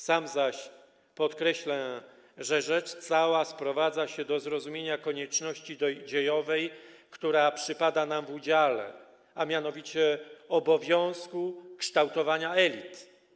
Sam zaś podkreślę, że rzecz cała sprowadza się do zrozumienia konieczności dziejowej, która przypada nam w udziale, a mianowicie obowiązku kształtowania elit.